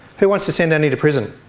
who wants to send annie to prison?